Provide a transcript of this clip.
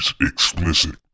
explicit